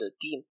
team